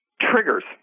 Triggers